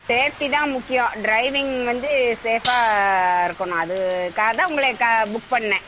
safety தான் முக்கியம் driving வந்து சேஃபாக இருக்கணும் அதுக்காக தான் உங்களை கா புக் பண்ணிணேன்